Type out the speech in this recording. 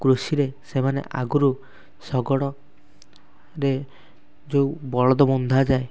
କୃଷିରେ ସେମାନେ ଆଗରୁ ଶଗଡ଼ ରେ ଯେଉଁ ବଳଦ ବନ୍ଧାଯାଏ